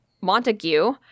Montague